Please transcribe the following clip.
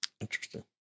Interesting